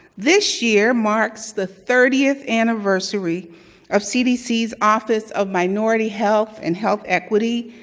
this year marks the thirtieth anniversary of cdc's office of minority health and health equity.